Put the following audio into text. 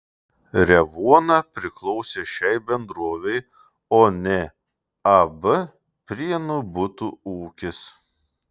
revuona priklausė šiai bendrovei o ne ab prienų butų ūkis